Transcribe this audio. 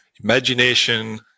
imagination